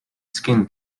skin